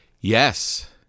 Yes